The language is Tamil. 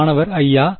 மாணவர் ஐயா